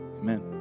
amen